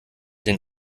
den